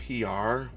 PR